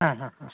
ಹಾಂ ಹಾಂ ಹಾಂ